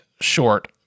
short